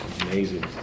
amazing